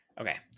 Okay